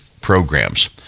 programs